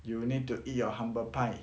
you will need to eat your humble pie